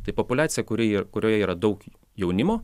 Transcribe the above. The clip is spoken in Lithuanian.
tai populiacija kuri ir kurioje yra daug jaunimo